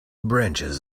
branches